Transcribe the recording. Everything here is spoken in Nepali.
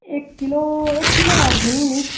एक किलो एक किलो राखिदिनु नि